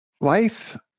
life